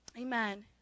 Amen